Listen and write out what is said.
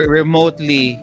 remotely